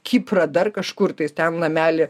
kiprą dar kažkur tai ten namelį